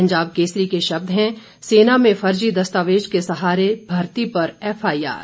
पंजाब केसरी के शब्द हैं सेना में फर्जी दस्तावेज के सहारे मर्ती पर एफआईआर